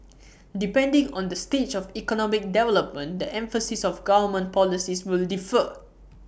depending on the stage of economic development the emphasis of government policies will differ